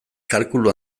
kalkulu